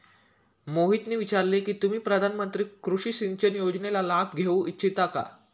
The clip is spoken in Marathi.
मोहितने विचारले की तुम्ही प्रधानमंत्री कृषि सिंचन योजनेचा लाभ घेऊ इच्छिता का?